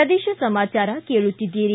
ಪ್ರದೇಶ ಸಮಾಚಾರ ಕೇಳುತ್ತೀದ್ದಿರಿ